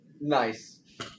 Nice